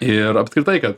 ir apskritai kad